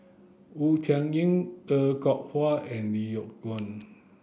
Wu Tsai Yen Er Kwong Wah and Lee Yock Suan